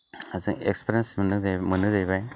experience जे मोनो जाहैबाय